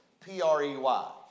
P-R-E-Y